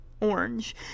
orange